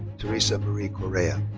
theresa marie correa.